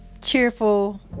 cheerful